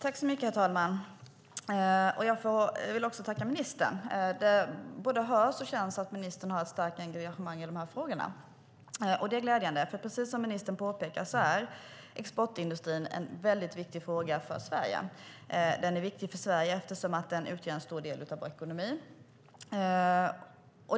Herr talman! Jag vill tacka ministern! Det både hörs och känns att ministern har ett starkt engagemang i frågorna. Det är glädjande. Precis som ministern påpekade är exportindustrin en viktig fråga för Sverige. Den är viktig för Sverige eftersom den utgör en stor del av vår ekonomi.